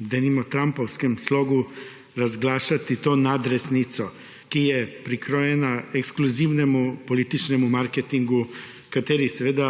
denimo, trumpovskem slogu razglašati to nadresnico, ki je prikrojena ekskluzivnemu političnemu marketingu, kateri seveda